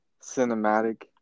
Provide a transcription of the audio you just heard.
cinematic